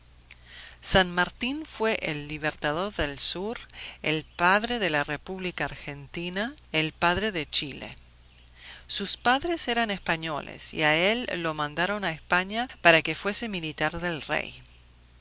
san martín fue el libertador del sur el padre de la república argentina el padre de chile sus padres eran españoles y a él lo mandaron a españa para que fuese militar del rey